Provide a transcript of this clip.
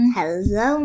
Hello